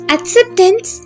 Acceptance